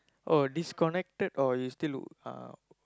oh disconnected or you still w~ uh